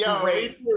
great